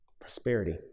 Prosperity